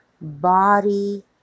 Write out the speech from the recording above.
body